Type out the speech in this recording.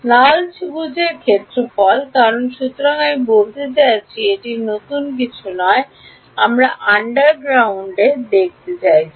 লাল ত্রিভুজের ক্ষেত্রফল কারণ সুতরাং আমি বলতে চাইছি এটি নতুন কিছু নয় আমরা আন্ডারগ্রাডে দেখেছি